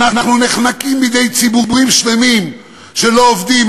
אנחנו נחנקים בידי ציבורים שלמים שלא עובדים,